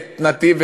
את "נתיב",